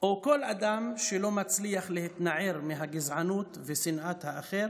או כל אדם שלא מצליח להתנער מהגזענות ושנאת האחר